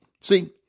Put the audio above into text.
See